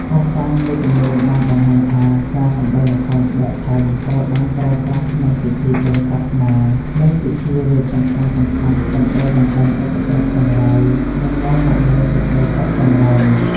ភស្តុតាងមួយចំនួនបានបង្ហាញថា ការសម្តែងល្ខោនស្បែកធំត្រូវបានប្រើប្រាស់ក្នុងពិធីបុណ្យសាសនា និងពិធីរាជ្យសំខាន់ៗ ដើម្បីបណ្តេញឧបទ្រពចង្រៃ និងនាំមកនូវសេចក្តីសុខចម្រើន។